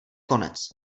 konec